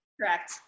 correct